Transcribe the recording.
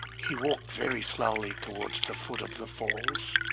he walked very slowly towards the foot of the falls,